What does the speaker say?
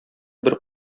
бер